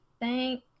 Thank